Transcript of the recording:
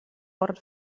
port